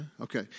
Okay